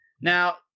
Now